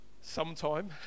sometime